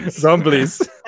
zombies